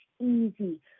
easy